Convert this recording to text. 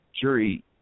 jury